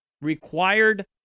required